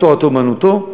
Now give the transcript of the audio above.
לא תורתו-אומנותו,